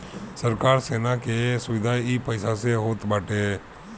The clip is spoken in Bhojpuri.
सरकार सेना के सुविधा इ पईसा से होत बाटे